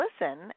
listen